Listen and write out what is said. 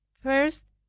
first,